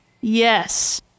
Yes